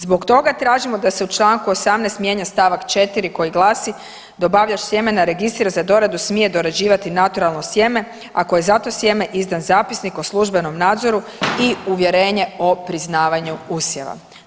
Zbog toga tražimo da se u Članku 18. mijenja stavak 4. koji glasi, dobavljač sjemena registriran za doradu smije dorađivati naturalno sjeme ako je za to sjeme izdan zapisnik o službenom nadzoru i uvjerenje o priznavanju usjeva.